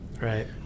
Right